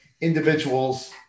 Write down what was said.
individuals